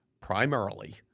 primarily